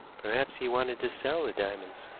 perhaps he wanted to sell the diamonds.